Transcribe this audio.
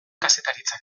kazetaritzan